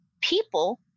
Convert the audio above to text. people